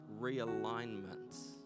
realignment